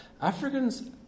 Africans